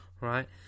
right